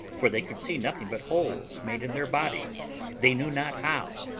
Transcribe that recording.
for they could see nothing but holes made in their bodies they knew not how.